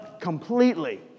completely